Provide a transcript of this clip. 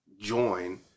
join